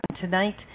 tonight